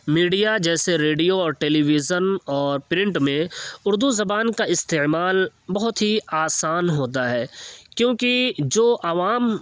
media جیسے radio اور television اور پرنٹ میں اردو زبان کا استعمال بہت ہی آسان ہوتا ہے کیونکہ جو عوام